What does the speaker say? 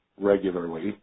regularly